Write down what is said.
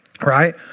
right